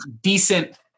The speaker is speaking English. decent